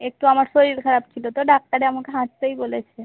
একটু আমার শরীর খারাপ ছিলো তো ডাক্তারে আমাকে হাঁটতেই বলেছে